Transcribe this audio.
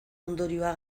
ondorioa